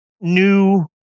new